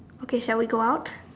okay shall we go out